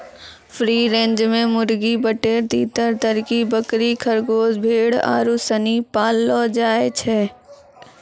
free range मे मुर्गी, बटेर, तीतर, तरकी, बकरी, खरगोस, भेड़ आरु सनी पाललो जाय छै